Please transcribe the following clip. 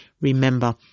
Remember